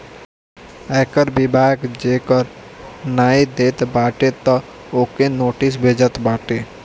आयकर विभाग जे कर नाइ देत बाटे तअ ओके नोटिस भेजत बाटे